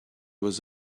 was